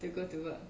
to go to work